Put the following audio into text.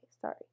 Sorry